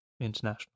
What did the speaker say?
international